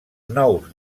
nous